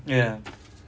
ya